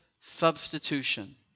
substitution